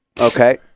Okay